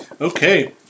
Okay